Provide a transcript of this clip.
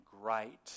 great